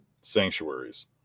sanctuaries